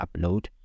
upload